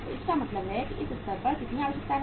तो इसका मतलब है कि इस स्तर पर कितनी आवश्यकता है